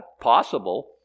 possible